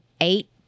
eight